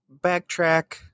backtrack